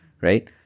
right